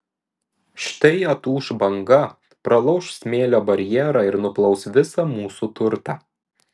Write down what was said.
štai atūš banga pralauš smėlio barjerą ir nuplaus visą mūsų turtą